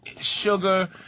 sugar